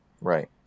Right